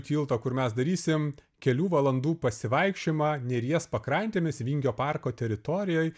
tilto kur mes darysim kelių valandų pasivaikščiojimą neries pakrantėmis vingio parko teritorijoj